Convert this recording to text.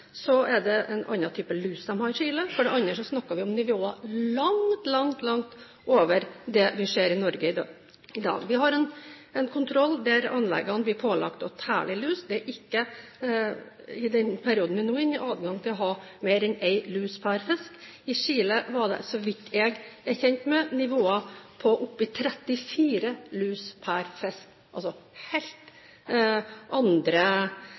en annen type lus i Chile. For det andre snakker vi om nivåer langt over det vi ser i Norge i dag. Vi har en kontroll der anleggene blir pålagt å telle lus. Det er ikke i den perioden vi nå er inne i, adgang til å ha mer enn én lus per fisk. I Chile var det, så vidt jeg er kjent med, nivåer på opp til 34 lus per fisk, altså helt andre